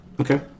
Okay